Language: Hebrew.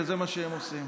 וזה מה שהם עושים.